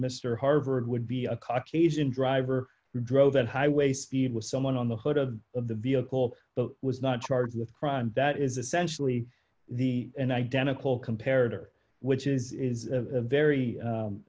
mr harvard would be a caucasian driver drove at highway speed with someone on the hood of the vehicle but was not charged with crimes that is essentially the an identical compared or which is a very